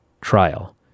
trial